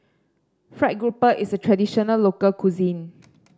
fried grouper is a traditional local cuisine